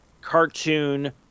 cartoon